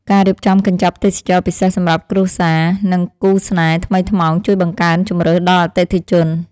ការរៀបចំកញ្ចប់ទេសចរណ៍ពិសេសសម្រាប់គ្រួសារ និងគូស្នេហ៍ថ្មីថ្មោងជួយបង្កើនជម្រើសដល់អតិថិជន។